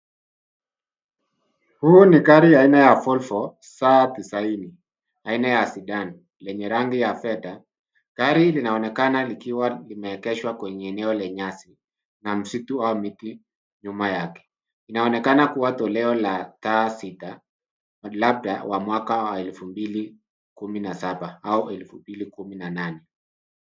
Huu ni gari aina ya Volvo sa tisaini aina ya zidan lenye rangi ya fedha. Gari linaonekana likiwa limeegeshwa kwenye eneo la nyasi na msitu au miti nyuma yake. Inaonekana kuwa toleo la taa sita na labda wa mwaka wa elfu mbili kumi na saba au elfu mbili kumi na nane.